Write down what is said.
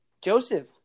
Joseph